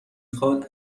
خواد